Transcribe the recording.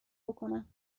بکنم